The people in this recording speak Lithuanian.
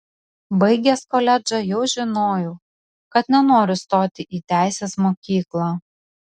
baigęs koledžą jau žinojau kad nenoriu stoti į teisės mokyklą